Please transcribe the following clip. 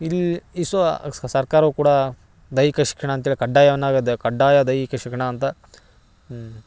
ಇಲ್ ಇಸೋ ಸರ್ಕಾರವು ಕೂಡ ದೈಹಿಕ ಶಿಕ್ಷಣ ಅಂತೇಳಿ ಕಡ್ಡಾಯವನ್ನಾಗದೆ ಕಡ್ಡಾಯ ದೈಹಿಕ ಶಿಕ್ಷಣ ಅಂತ ಹ್ಞೂ